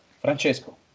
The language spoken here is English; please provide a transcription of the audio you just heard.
Francesco